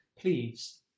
Please